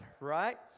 right